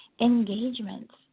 engagements